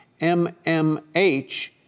MMH